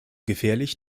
gefährlich